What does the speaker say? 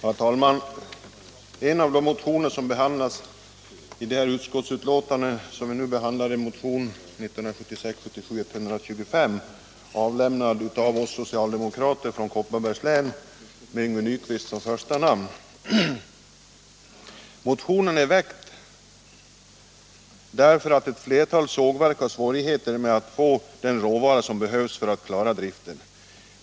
Herr talman! En av de motioner som behandlas i det utskottsbetänkande som vi nu diskuterar är motionen 1976/77:125, avlämnad av oss socialdemokrater från Kopparbergs län med Yngve Nyquist som första namn. Motionen är väckt därför att ett flertal sågverk har svårigheter att få den råvara som behövs för att klara driften.